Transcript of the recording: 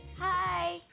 Hi